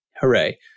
Hooray